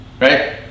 right